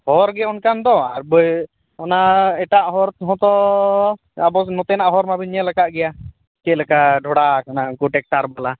ᱦᱚᱨᱜᱮ ᱚᱱᱠᱟᱱᱫᱚ ᱟᱨ ᱚᱱᱟ ᱮᱴᱟᱜ ᱦᱚᱨᱛᱮᱦᱚᱸᱛᱚ ᱟᱵᱚ ᱱᱚᱛᱮᱱᱟᱜ ᱦᱚᱨ ᱢᱟᱵᱤᱱ ᱧᱮᱞ ᱟᱠᱟᱫ ᱜᱮᱭᱟ ᱪᱮᱫᱞᱮᱠᱟ ᱰᱷᱚᱰᱟ ᱟᱠᱟᱱᱟ ᱩᱱᱠᱩ ᱴᱟᱠᱴᱟᱨᱵᱟᱞᱟ